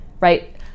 right